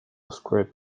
script